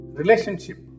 relationship